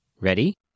Ready